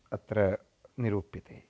अत्र निरूप्यते